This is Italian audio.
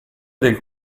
del